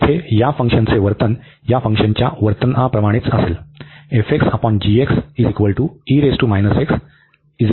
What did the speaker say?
तर येथे या फंक्शनचे वर्तन या फंक्शनच्या वर्तन प्रमाणेच असेल